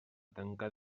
tancar